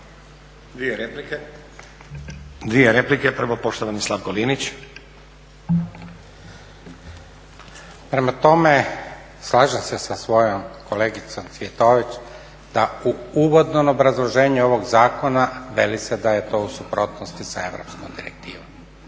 Dvije replike. Prvo, poštovani Slavko Linić. **Linić, Slavko (Nezavisni)** Prema tome slažem se sa svojom kolegicom Cvjetović da u uvodnom obrazloženju ovog zakona veli se da je to u suprotnosti sa europskom direktivom.